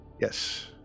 Yes